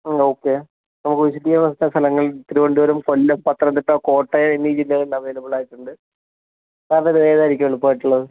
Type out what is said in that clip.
okay നമുക്ക് സ്ഥിതി ചെയ്യുന്ന സ്ഥലങ്ങൾ തിരുവനന്തപുരം കൊല്ലം പത്തനംതിട്ട കോട്ടയം എന്നീ ജില്ലകളിൽ അവൈലബിൾ ആയിട്ടുണ്ട് സാറിനിത് ഏതായിരിക്കും എളുപ്പമായിട്ടുള്ളത്